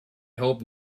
hope